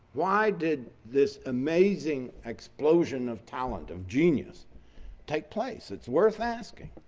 why did this amazing explosion of talent, of genius take place? it's worth asking,